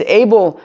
able